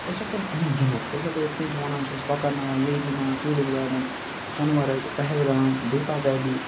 أسۍ ہٮ۪کو نہٕ اَن گِنتھ أسۍ ہٮ۪کو یِتھ کٔنۍ چھِ وَنان چھِ أسۍ Kokernag Verinag tulip garden Sonamarg Pahalgam Betaab valley